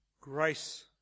grace